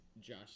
Josh